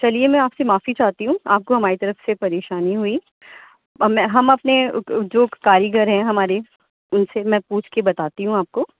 چلیے میں آپ سے معافی چاہتی ہوں آپ کو ہماری طرف سے پریشانی ہوئی میں ہم اپنے جو کاریگر ہیں ہمارے ان سے میں پوچھ کے بتاتی ہوں آپ کو